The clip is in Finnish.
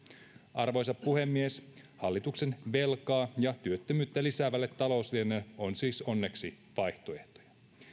arvoisa puhemies hallituksen velkaa ja työttömyyttä lisäävälle talouslinjalle on siis onneksi vaihtoehtoja